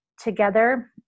together